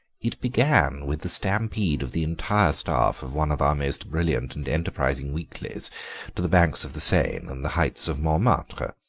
it began with the stampede of the entire staff of one of our most brilliant and enterprising weeklies to the banks of the seine and the heights of montmartre.